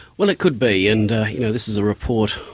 well, it could be, and yeah this is a report,